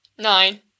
Nine